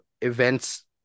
events